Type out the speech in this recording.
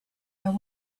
there